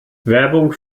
werbung